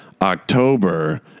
October